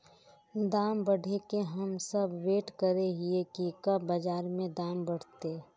दाम बढ़े के हम सब वैट करे हिये की कब बाजार में दाम बढ़ते?